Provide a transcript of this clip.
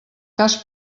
cas